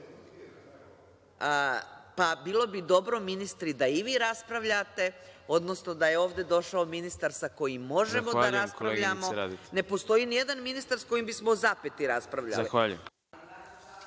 Bilo bi dobro ministri da i vi raspravljate, odnosno da je vode došao ministar sa kojim možemo da raspravljamo. Ne postoji nijedan ministar sa kojim bismo o zapeti raspravljali.